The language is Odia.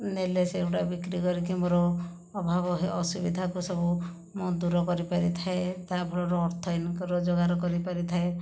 ନେଲେ ସେଗୁଡ଼ିକ ବିକ୍ରି କରିକି ମୋର ଅଭାବ ଅସୁବିଧାକୁ ସବୁ ମୁଁ ଦୂର କରିପାରିଥାଏ ତା'ଫଳରେ ଅର୍ଥନୈତିକ ରୋଜଗାର କରିପାରିଥାଏ